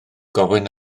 gofyn